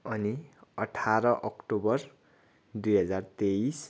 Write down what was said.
अनि अठार अक्टोबर दुई हजार तेइस